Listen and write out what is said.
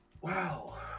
wow